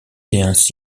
ainsi